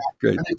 Great